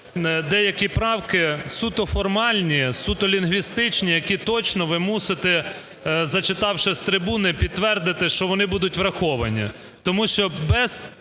деякі правки суто формальні, суто лінгвістичні, які точно ви мусите, зачитавши з трибуни, підтвердити, що вони будуть враховані.